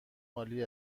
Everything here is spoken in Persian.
عالی